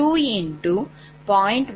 175109